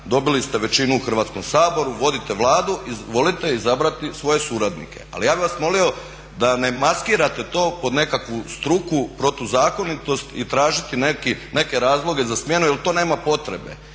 dobili ste većinu u Hrvatskom saboru, vodite Vladu, izvolite izabrati svoje suradnike. Ali ja bih vas molio da ne maskirate to pod nekakvu struku, protuzakonitost i tražiti neke razloge za smjenu jer to nema potrebe,